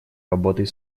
работой